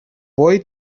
boy